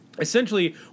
essentially